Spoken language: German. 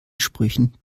sprüchen